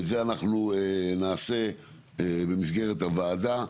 ואת זה אנחנו נעשה במסגרת הוועדה,